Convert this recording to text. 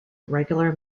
regular